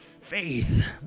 faith